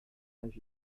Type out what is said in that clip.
âge